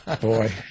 Boy